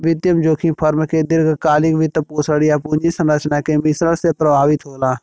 वित्तीय जोखिम फर्म के दीर्घकालिक वित्तपोषण, या पूंजी संरचना के मिश्रण से प्रभावित होला